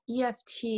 EFT